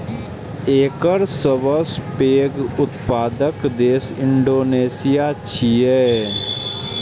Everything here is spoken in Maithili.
एकर सबसं पैघ उत्पादक देश इंडोनेशिया छियै